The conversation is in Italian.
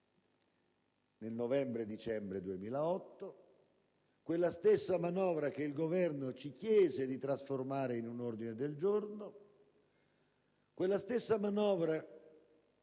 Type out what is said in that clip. finanziaria per il 2010; quella stessa manovra che il Governo ci chiese di trasformare in un ordine del giorno; quella stessa manovra che